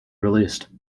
released